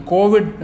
Covid